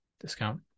discount